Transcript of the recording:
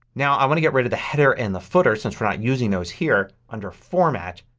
now i want to get rid of the header and the footer since we're not using those here. under format,